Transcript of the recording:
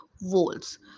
volts